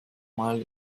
mal